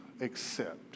accept